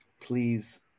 please